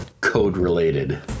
code-related